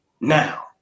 now